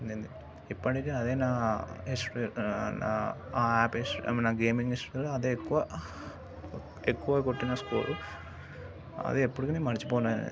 ఇప్పటికీ అదే నా హిస్టరీ నా ఆపేష్ నా గేమింగ్ హిస్టరీలో అదే ఎక్కువ ఎక్కువ కొట్టిన స్కోర్ అది ఎప్పటికీ నేను మరచిపోను